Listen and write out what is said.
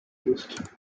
used